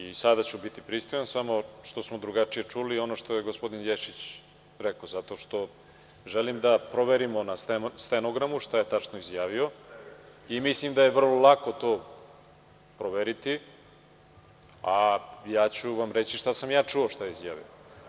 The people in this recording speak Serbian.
I sada ću biti pristojan samo što smo drugačije čuli ono što je gospodin Ješić rekao, zato što želim da proverimo na stenogramu šta je tačno izjavio i mislim da je vrlo lako to proveriti, a ja ću vam reći šta sam ja čuo šta je izjavio.